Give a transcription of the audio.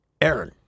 Aaron